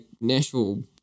Nashville